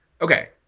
Okay